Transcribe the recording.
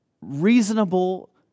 reasonable